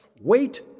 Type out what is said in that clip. Wait